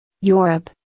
Europe